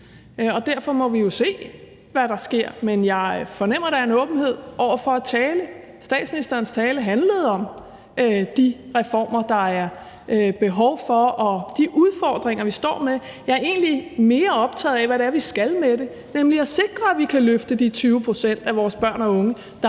Derfor må vi jo se, hvad der sker, men jeg fornemmer, at der er en åbenhed over for at tale. Statsministerens tale handlede om de reformer, der er behov for, og de udfordringer, vi står med. Jeg er egentlig mere optaget af, hvad det er, vi skal med det, nemlig at sikre, at vi kan løfte de 20 pct. af vores børn og unge, der